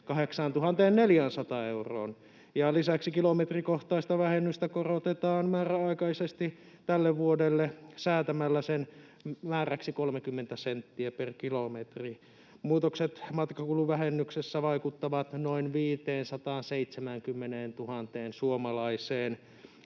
välihuuto] ja lisäksi kilometrikohtaista vähennystä korotetaan määräaikaisesti tälle vuodelle säätämällä sen määräksi 30 senttiä per kilometri. Muutokset matkakuluvähennyksessä vaikuttavat noin 570 000 suomalaisen